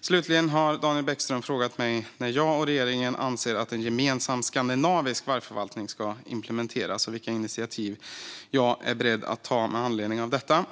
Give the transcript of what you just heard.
Slutligen har Daniel Bäckström frågat mig när jag och regeringen anser att en gemensam skandinavisk vargförvaltning ska implementeras och vilka initiativ jag är beredd att ta med anledning av detta.